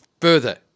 further